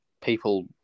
people